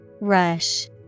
Rush